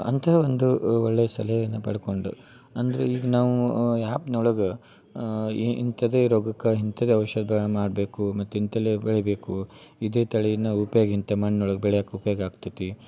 ಅಂಥಾ ಒಂದು ಒಳ್ಳೆಯ ಸಲಹೆಯನ್ನ ಪಡ್ಕೊಂಡು ಅಂದ್ರ ಈಗ ನಾವೂ ಆ್ಯಪ್ನೊಳಗ ಏ ಇಂಥದ್ದೇ ರೋಗಕ್ಕೆ ಇಂಥದ್ದೇ ಔಷಧ ಮಾಡಬೇಕು ಮತ್ತು ಇಂತಲ್ಲೆ ಬೆಳಿಬೇಕು ಇದೆ ತಳಿನ ಉಪ್ಯೋಗ ಇಂಥ ಮಣ್ಣು ಒಳಗ ಬೆಳಿಯಕ್ಕೆ ಉಪ್ಯೋಗ ಆಗ್ತತಿ